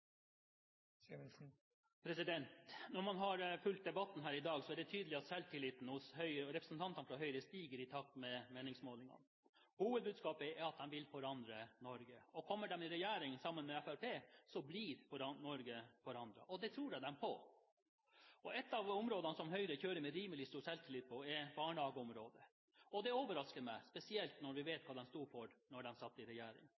av. Når man følger debatten her i dag, er det tydelig å se at selvtilliten hos representantene fra Høyre stiger i takt med meningsmålingene. Hovedbudskapet er at de vil forandre Norge. Kommer de i regjering sammen med Fremskrittspartiet, blir Norge forandret – og det tror jeg dem på. Ett av områdene der Høyre kjører på med rimelig stor selvtillit, er barnehageområdet. Det overrasker meg, spesielt når vi vet hva de sto for da de satt i regjering.